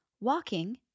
walking